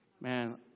Man